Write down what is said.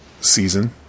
season